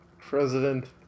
President